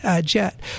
jet